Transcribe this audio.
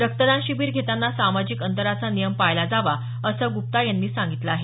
रक्तदान शिबिर घेताना सामाजिक अंतराचा नियम पाळला जावा असं गुप्ता यांनी सांगितलं आहे